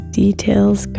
details